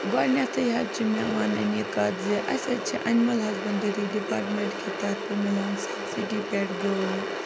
گۄڈٕنٮ۪تھٕے حظ چھِ مےٚ وَنٕنۍ یہِ کَتھ زِ اَسہِ حظ چھِ اَنِمٕل ہَسبَنٛڈری ڈِپارٹمنٹ کہِ طرفہٕ مِلان سَبسِڈی پٮ۪ٹھ گٲوٕ